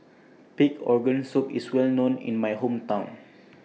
Pig Organ Soup IS Well known in My Hometown